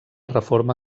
reforma